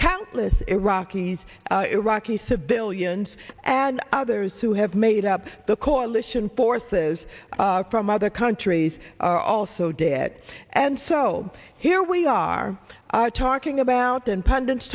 countless iraqis iraqi civilians and others who have made up the coalition forces from other countries are also dead and so here we are talking about and pun